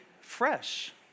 fresh